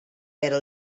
però